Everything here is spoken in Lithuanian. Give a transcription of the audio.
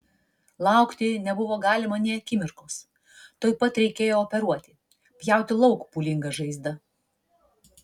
laukti nebuvo galima nė akimirkos tuoj pat reikėjo operuoti pjauti lauk pūlingą žaizdą